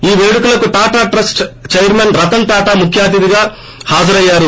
ఈ పేడుకలకు Tata Trust chairman Ratan Tata ముఖ్యాతిధిగా హాజరయ్యారు